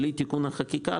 בלי תיקון חקיקה,